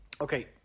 Okay